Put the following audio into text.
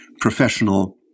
professional